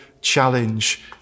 challenge